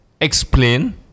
Explain